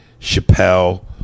Chappelle